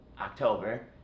October